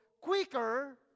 quicker